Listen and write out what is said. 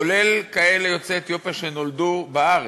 כולל כאלה יוצאי אתיופיה שנולדו בארץ,